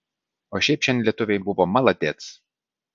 o šiaip šiandien lietuviai buvo maladėc